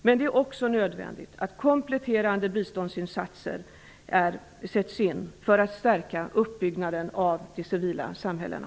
Men det är också nödvändigt att kompletterande biståndsinsatser görs för att stärka uppbyggnaden av de civila samhällena.